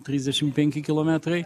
trisdešim penki kilometrai